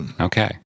Okay